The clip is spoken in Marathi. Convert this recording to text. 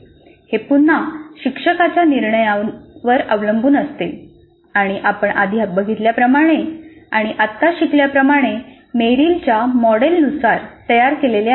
हे पुन्हा शिक्षकाच्या निर्णयावर अवलंबून असते आणि आपण आधी बघितल्याप्रमाणे आणि आता शिकल्या प्रमाणे मेरिलच्या मॉडेल नुसार तयार केलेले असते